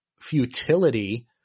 futility